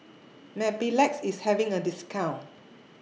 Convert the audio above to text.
Mepilex IS having A discount